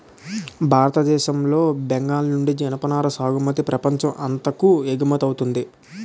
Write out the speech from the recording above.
భారతదేశం లో బెంగాల్ నుండి జనపనార సాగుమతి ప్రపంచం అంతాకు ఎగువమౌతుంది